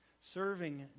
Serving